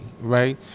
right